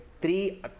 three